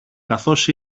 καθώς